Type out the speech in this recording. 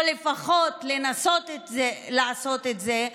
או לפחות לנסות לעשות את זה.